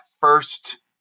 first